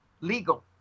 legal